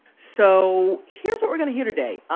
so here's what we're going to hear today.